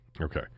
Okay